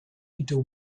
into